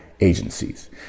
agencies